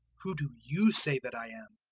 who do you say that i am?